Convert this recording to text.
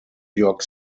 york